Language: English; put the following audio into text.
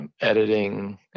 editing